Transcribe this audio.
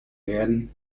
werden